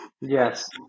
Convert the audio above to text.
Yes